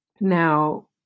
Now